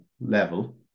level